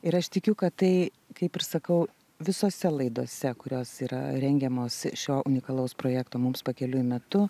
ir aš tikiu kad tai kaip ir sakau visose laidose kurios yra rengiamos šio unikalaus projekto mums pakeliui metu